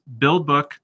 BUILDBOOK